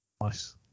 Nice